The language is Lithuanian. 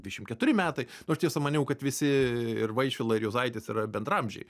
dvidešim keturi metai nu aš tiesa maniau kad visi ir vaišvila ir juozaitis yra bendraamžiai